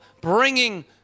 bringing